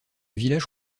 village